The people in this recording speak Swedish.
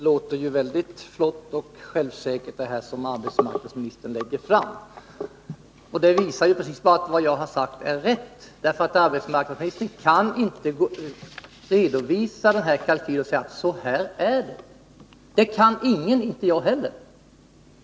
Herr talman! Det här som arbetsmarknadsministern lägger fram låter väldigt flott och självsäkert. Och det visar ju att vad jag har sagt är rätt — arbetsmarknadsministern kan inte redovisa en kalkyl och säga: Så här är det. Det kan ingen — inte jag heller.